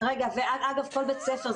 --- אגב כל בית ספר,